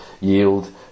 yield